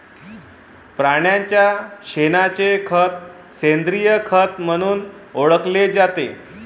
प्राण्यांच्या शेणाचे खत सेंद्रिय खत म्हणून ओळखले जाते